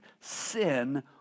sin